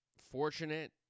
fortunate